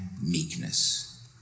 meekness